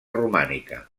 romànica